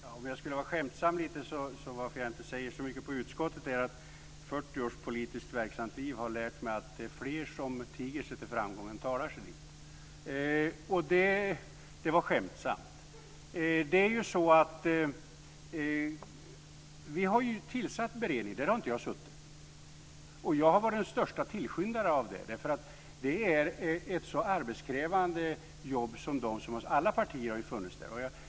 Fru talman! Om jag ska vara skämtsam är anledningen till att jag inte säger så mycket i utskottet att 40 års politiskt verksamt liv har lärt mig att det är fler som tiger sig till framgång än som talar sig dit. Det var skämtsamt. Vi har ju tillsatt en beredning. Där har inte jag suttit. Jag har varit den största tillskyndaren av det. Det är ett så arbetskrävande jobb. Alla partier har ju funnits där.